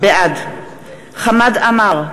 בעד חמד עמאר,